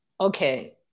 Okay